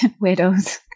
widows